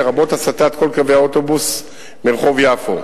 לרבות הסטת כל קווי האוטובוס ברחוב יפו.